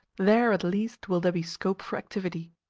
there at least will there be scope for activity.